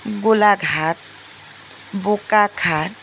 Golaghat Bokakhat